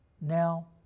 Now